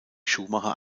schumacher